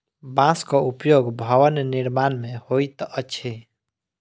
बांसक उपयोग भवन निर्माण मे होइत अछि